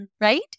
right